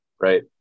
right